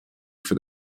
for